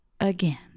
again